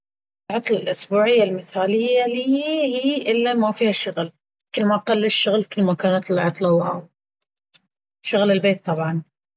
العطلة الإسبوعية المثالية لي هي الا مافيها شغل، كل ما قل الشغل كل ما كانت العطلة واو... شغل البيت طبعا!